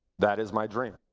that is my dream.